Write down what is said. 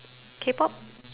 K pop